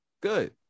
good